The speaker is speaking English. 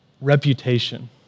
reputation